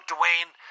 Dwayne